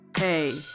Hey